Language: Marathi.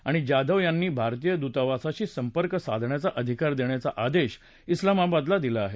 आणि जाधव यांना भारतीय दूतावासाशी संपर्क साधण्याचा अधिकार देण्याचा आदेश क्लाबादला दिला आहे